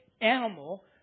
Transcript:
animal